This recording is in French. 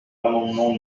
l’amendement